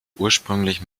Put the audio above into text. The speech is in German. ursprünglich